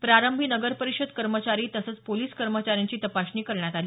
प्रारंभी नगर परिषद कर्मचारी तसेच पोलीस कर्मचाऱ्यांची तपासणी करण्यात आली